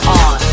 on